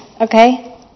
Okay